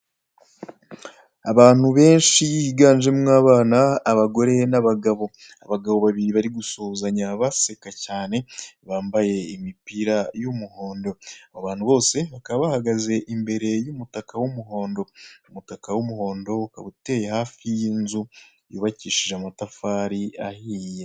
Abantu benshi biganjemo abana, n'abagore n'abagabo. Abagabo babiri bari gusuhuzanya baseka cyane, bambaye imipira y'umuhondo. Abantu bose bakaba bahagaze imbere y'umutaka w'umuhondo. Umutaka w'umuhondo ukaba uteye hafi y'inzu yubakishije amatafari ahiye.